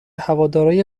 هوادارای